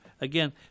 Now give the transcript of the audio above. again